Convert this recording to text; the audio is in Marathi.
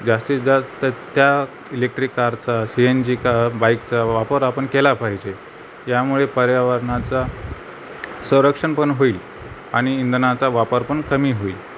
जास्तीत जास्त त्या इलेक्ट्रिक कारचा सी एन जी का बाईकचा वापर आपण केला पाहिजे यामुळे पर्यावरणाचा संरक्षणपण होईल आणि इंधनाचा वापर पण कमी होईल